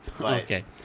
Okay